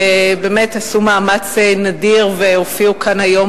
שבאמת עשו מאמץ נדיר והופיעו כאן היום